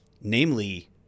Namely